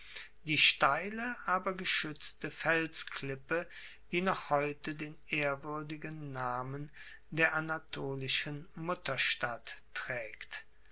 die steile aber geschuetzte felsklippe die noch heute den ehrwuerdigen namen der anatolischen mutterstadt traegt